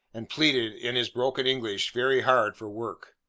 and pleaded, in his broken english, very hard for work.